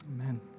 Amen